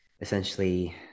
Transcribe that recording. essentially